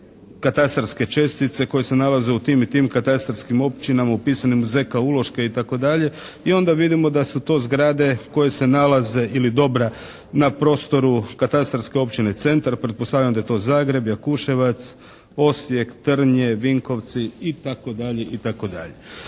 katastarske čestice koje se nalaze u tim i tim katastarskim općinama upisanim z.k. uloške itd. i onda vidimo da su to zgrade koje se nalaze, ili dobra, na prostoru Katastarske općine Centar, pretpostavljam da je to Zagreb, Jakuševac, Osijek, Trnje, Vinkovci, itd., itd.